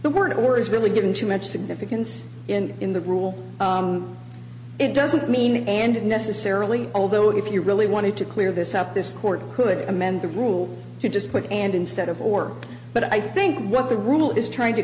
the word or is really giving too much significance in in the rule it doesn't mean and necessarily although if you really wanted to clear this up this court could amend the rule to just put and instead of work but i think what the rule is trying to